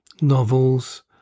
novels